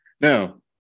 Now